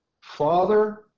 father